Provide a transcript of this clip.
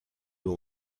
when